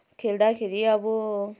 खेल्दाखेरि अब